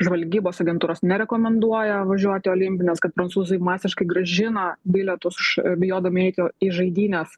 žvalgybos agentūros nerekomenduoja važiuoti į olimpines kad prancūzai masiškai grąžina bilietus iš bijodami eiti į žaidynes